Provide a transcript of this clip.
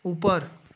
ऊपर